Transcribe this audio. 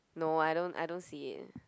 no I don't I don't see it